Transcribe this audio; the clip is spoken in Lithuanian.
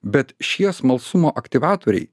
bet šie smalsumo aktyvatoriai